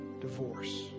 divorce